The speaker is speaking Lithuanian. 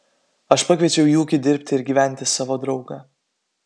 aš pakviečiau į ūkį dirbti ir gyventi savo draugą